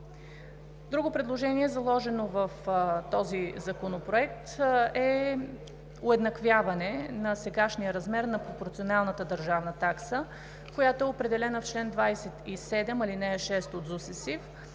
Другото предложение, заложено в този законопроект, е, уеднаквяване на сегашния размер на пропорционалната държавна такса, която е определена в чл. 27, ал. 6 от Закона